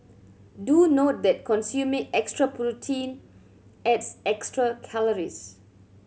do note that consuming extra protein adds extra calories